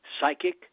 psychic